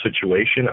situation